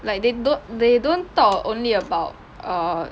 like they don't they don't talk only about uh